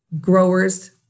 growers